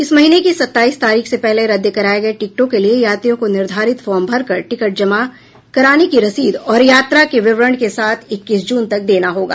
इस महीने की सत्ताईस तारीख से पहले रद्द कराए गए टिकटों के लिए यात्रियों को निर्धारित फार्म भरकर टिकट जमा कराने की रसीद और यात्रा के विवरण के साथ इक्कीस जून तक देना होगा